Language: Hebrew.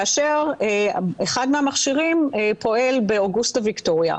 כאשר אחד מהמכשירים פועל באוגוסטה ויקטוריה.